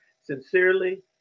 sincerely